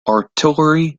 artillery